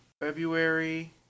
February